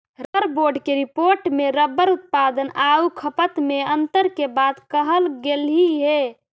rubber board के report में rubber उत्पादन आउ खपत में अन्तर के बात कहल गेलइ हे